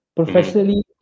Professionally